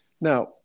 Now